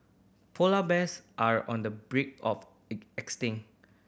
polar bears are on the brink of